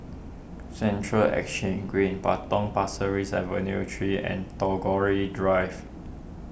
Central Exchange Green Potong Pasirace Avenue three and Tagore Drive